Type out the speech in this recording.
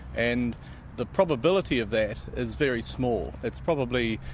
and the probability of that is very small. it's probably,